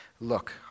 Look